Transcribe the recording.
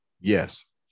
yes